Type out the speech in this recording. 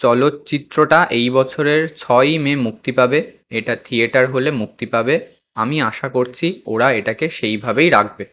চলচ্চিত্রটা এই বছরের ছয়ই মে মুক্তি পাবে এটা থিয়েটার হলে মুক্তি পাবে আমি আশা করছি ওরা এটাকে সেই ভাবেই রাখবে